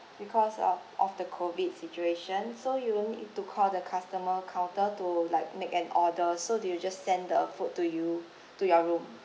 because uh of the COVID situation so you will need to call the customer counter to like make an order so they will just send the food to you to your room